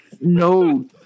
no